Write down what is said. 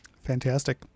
Fantastic